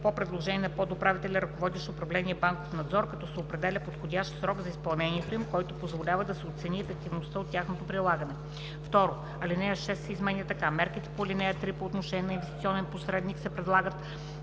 по предложение на подуправителя, ръководещ управление „Банков надзор“, като се определя подходящ срок за изпълнението им, който позволява да се оцени ефективността от тяхното прилагане.“ 2. Алинея 6 се изменя така: „(6) Мерките по ал. 3 по отношение на инвестиционен посредник се прилагат